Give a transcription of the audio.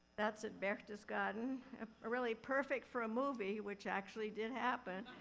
that's at berchtesgaden, a really perfect for a movie, which actually did happen.